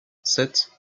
sept